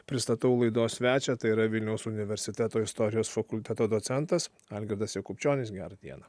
pristatau laidos svečią tai yra vilniaus universiteto istorijos fakulteto docentas algirdas jakubčionis gerą dieną